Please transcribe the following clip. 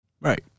Right